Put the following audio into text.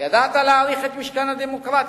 ידעת להעריך את משכן הדמוקרטיה,